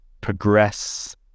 progress